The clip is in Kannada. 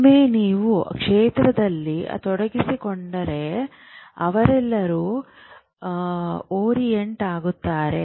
ಒಮ್ಮೆ ನೀವು ಕ್ಷೇತ್ರದಲ್ಲಿ ತೊಡಗಿಸಿಕೊಂಡರೆ ಅವರೆಲ್ಲರೂ ಓರಿಯಂಟ್ ಆಗುತ್ತಾರೆ